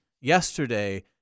Yesterday